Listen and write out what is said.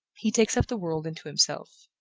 he takes up the world into himself.